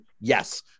Yes